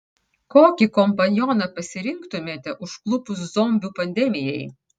kokį kompanioną pasirinktumėte užklupus zombių pandemijai